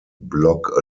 block